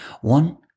One